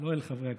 לא אל חברי הכנסת.